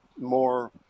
more